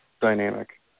dynamic